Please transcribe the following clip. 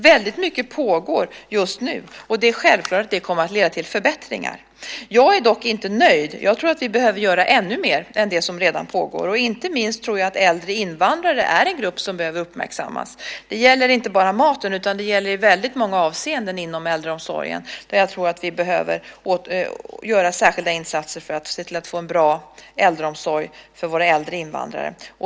Väldigt mycket pågår just nu, och det är självklart att det kommer att leda till förbättringar. Jag är dock inte nöjd. Jag tror att vi behöver göra ännu mer än det som redan pågår. Inte minst tror jag att äldre invandrare är en grupp som behöver uppmärksammas. Det gäller inte bara maten, utan det gäller i väldigt många avseenden inom äldreomsorgen, där jag tror att vi behöver göra särskilda insatser för att se till att få en bra äldreomsorg för våra äldre invandrare.